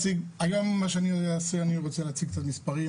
היום מה שאני אעשה, אני רוצה להציג קצת מספרים.